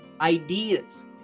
ideas